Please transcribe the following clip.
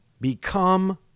become